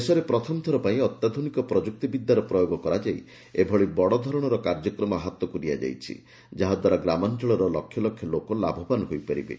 ଦେଶରେ ପ୍ରଥମଥର ପାଇଁ ଅତ୍ୟାଧୁନିକ ପ୍ରଯୁକ୍ତିବିଦ୍ୟାର ପ୍ରୟୋଗ କରାଯାଇ ଏଭଳି ବଡ ଧରଶର କାର୍ଯ୍ୟକ୍ରମ ହାତକୁ ନିଆଯାଇଛି ଯାହାଦ୍ୱାରା ଗ୍ରାମାଚଳର ଲକ୍ଷଲକ୍ଷ ଲୋକ ଲାଭବାନ ହୋଇପାରିବେ